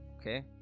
okay